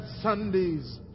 Sundays